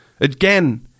Again